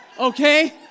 Okay